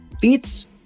Beats